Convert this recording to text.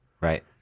Right